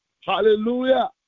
Hallelujah